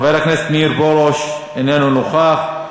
חבר הכנסת מאיר פרוש, איננו נוכח,